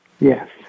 Yes